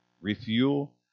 refuel